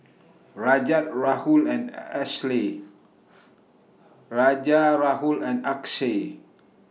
Rajat Rahul and Ashley Rajat Rahul and Akshay